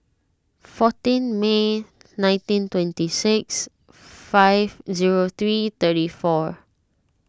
fourteen May nineteen twenty six five zero three thirty four